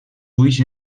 ulls